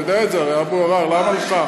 אתה יודע את זה הרי, אבו עראר, למה לך?